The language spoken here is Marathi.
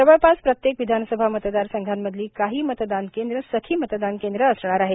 जवळपास प्रत्येक विधानसभा मतदारसंघांमधली काही मतदान केंद्र सखी मतदान केंद्र असणार आहेत